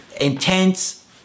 intense